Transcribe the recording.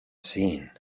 seen